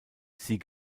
sie